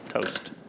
toast